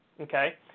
okay